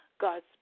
God's